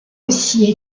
aussi